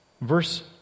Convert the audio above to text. Verse